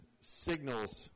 signals